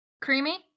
Creamy